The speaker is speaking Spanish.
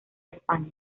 españa